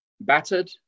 battered